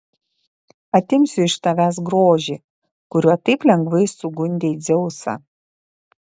atimsiu iš tavęs grožį kuriuo taip lengvai sugundei dzeusą